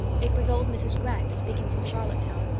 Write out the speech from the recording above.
it was old mrs. grant speaking from charlottetown,